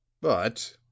But